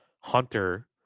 Hunter